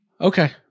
Okay